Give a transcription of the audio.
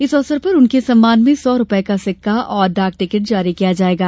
इस अवसर पर उनके सम्मान में सौ रुपये का सिक्का और डाक टिकट जारी किया जायेगा